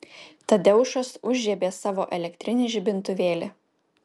tadeušas užžiebė savo elektrinį žibintuvėlį